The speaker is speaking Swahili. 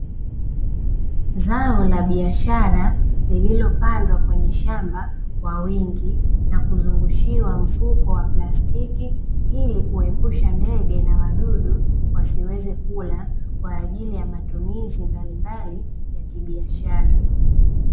Zao la biashara lililopandwa kwenye shamba kwa wingi, na kuzungushiwa mfuko wa plasitiki ili kuepusha ndege na wadudu wasiweze kula, kwa ajili ya matumizi mbalimbali ya kibiashara.